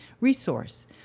resource